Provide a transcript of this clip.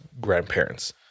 grandparents